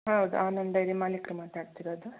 ಹೌದು ಆನಂದ್ ಡೈರಿ ಮಾಲಿಕರು ಮಾತಾಡ್ತಿರೋದು